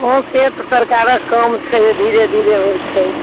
हँ तऽ सरकारक काम छै धीरे धीरे होइत छै